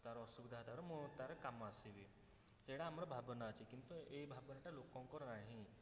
ତାର ଅସୁବିଧା ହେଇଥିବାରୁ ମୁଁ ତାର କାମରେ ଆସିବି ସେଇଟା ଆମର ଭାବନା ଅଛି କିନ୍ତୁ ଏଇ ଭାବନାଟା ଲୋକଙ୍କର ନାହିଁ